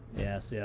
yes. yeah